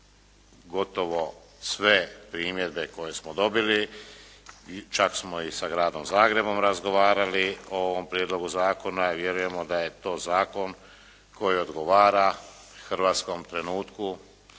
gotovo sve primjedbe koje smo dobili. Čak smo i sa gradom Zagrebom razgovarali o ovom prijedlogu zakona i vjerujemo da je to zakon koji odgovara hrvatskom trenutku,